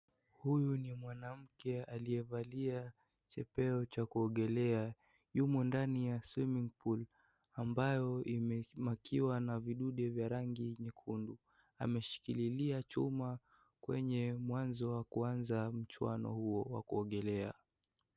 Huyu ni mwanamke aliyevalia chepeo cha kuogelea, yumo ndani ya (sc) swimming pool (cs), ambayo, imemakiwa na vidude vya rangi nyekundu, ameshikililia chuma kwenye, mwanzo wa kuanza mchuano huo wa kuogelea.